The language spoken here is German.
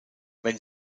wenn